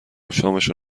شامشو